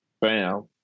bam